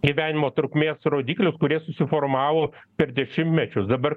gyvenimo trukmės rodiklius kurie susiformavo per dešimtmečius dabar